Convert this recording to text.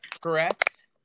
correct